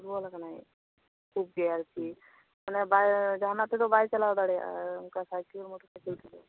ᱫᱩᱨᱵᱚᱞ ᱟᱠᱟᱱᱟᱭ ᱠᱷᱩᱵ ᱜᱮ ᱟᱨᱠᱤ ᱡᱟᱦᱟᱱᱟᱜ ᱛᱮᱫᱚ ᱵᱟᱭ ᱪᱟᱞᱟᱣ ᱫᱟᱲᱮᱭᱟᱜᱼᱟ ᱚᱱᱠᱟ ᱥᱟᱭᱠᱮᱞ ᱢᱚᱴᱚᱨ ᱥᱟᱭᱠᱮᱞ ᱛᱮᱫᱚ